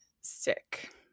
sick